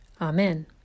Amen